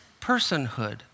personhood